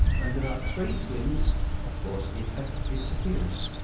when there are trade winds of course the effect disappears,